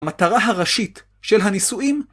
המטרה הראשית של הניסויים